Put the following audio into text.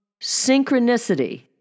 synchronicity